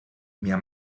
mia